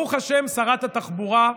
ברוך ה', שרת התחבורה,